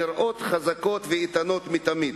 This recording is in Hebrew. נראות חזקות ואיתנות מתמיד.